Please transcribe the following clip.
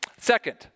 Second